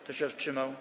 Kto się wstrzymał?